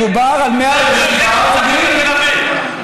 מדובר על 107 הרוגים,